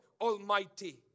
Almighty